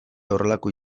horrelako